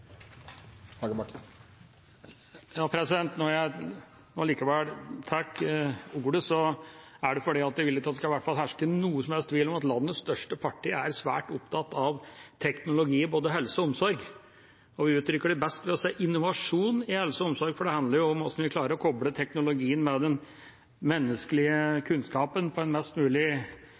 det fordi jeg vil at det i hvert fall ikke skal herske noen tvil om at landets største parti er svært opptatt av teknologi i både helse og omsorg, og vi utrykker det best ved å si «innovasjon» i helse og omsorg, for det handler om hvordan vi klarer å koble teknologien med den menneskelige kunnskapen på en best mulig